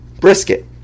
brisket